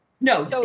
No